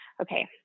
Okay